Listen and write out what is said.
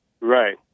Right